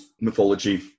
mythology